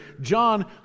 John